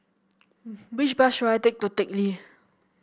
which bus should I take to Teck Lee